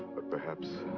but perhaps.